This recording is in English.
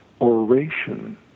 oration